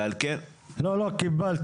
ועל כן --- לא, לא, קיבלתי.